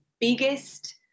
biggest